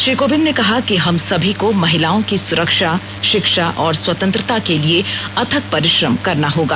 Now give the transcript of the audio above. श्री कोविंद ने कहा कि हम सभी को महिलाओं की सुरक्षा शिक्षा और स्वतंत्रता के लिए अथक परिश्रम करना होगा